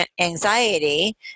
anxiety